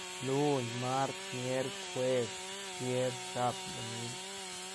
Luiñ, mart, mierk, jueb, vier, saab, domiung.